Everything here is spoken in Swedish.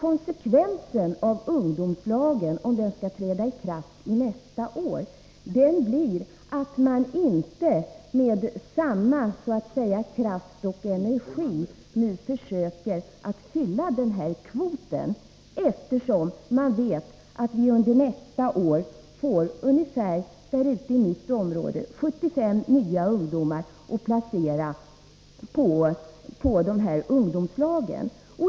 Om ungdomslagen skall träda i kraft nästa år, blir konsekvensen att man inte med samma kraft och energi försöker fylla den här kvoten, eftersom man vet att vi under nästa år i mitt område får ungefär 75 nya ungdomar att placera i ungdomslagen.